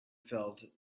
felt